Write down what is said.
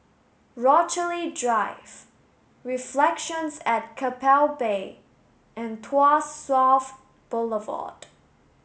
Rochalie Drive Reflections at Keppel Bay and Tuas South Boulevard